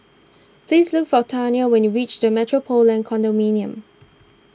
please look for Taniyah when you reach the Metropolitan Condominium